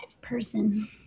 person